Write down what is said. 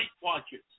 watches